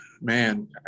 man